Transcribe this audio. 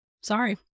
Sorry